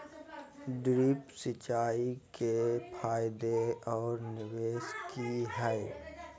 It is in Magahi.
ड्रिप सिंचाई के फायदे और निवेस कि हैय?